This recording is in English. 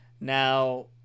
now